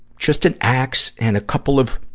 just an axe and a couple of